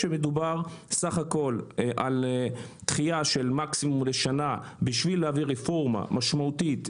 מדובר בסך הכול על דחייה של שנה מקסימום כדי להעביר רפורמה משמעותית.